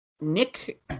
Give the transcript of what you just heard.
Nick